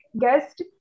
guest